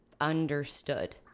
understood